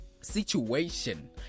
situation